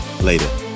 Later